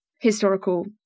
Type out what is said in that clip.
historical